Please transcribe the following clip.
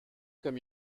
comme